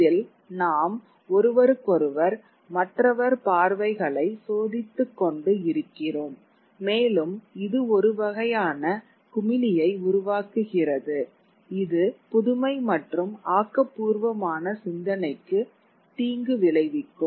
இதில் நாம் ஒருவருக்கொருவர் மற்றவர் பார்வைகளை சோதித்துக்கொண்டு இருக்கிறோம் மேலும் இது ஒரு குறிப்பிட்ட வகையான குமிழியை உருவாக்குகிறது இது புதுமை மற்றும் ஆக்கபூர்வமான சிந்தனைக்கு தீங்கு விளைவிக்கும்